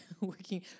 working